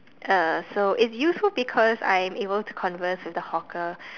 uh so it's useful because I am able to converse with the hawker